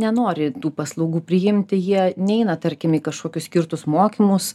nenori tų paslaugų priimti jie neina tarkim į kažkokius skirtus mokymus